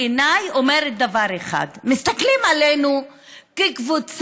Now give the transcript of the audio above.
בעיניי אומרת דבר אחד: מסתכלים עלינו כקבוצה